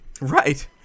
Right